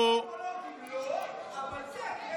חולים אונקולוגיים לא, אבל זה כן.